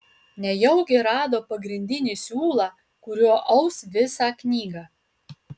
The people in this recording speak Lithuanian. nejaugi rado pagrindinį siūlą kuriuo aus visą knygą